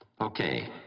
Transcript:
Okay